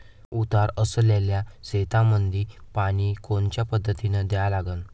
उतार असलेल्या शेतामंदी पानी कोनच्या पद्धतीने द्या लागन?